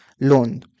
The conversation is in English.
loan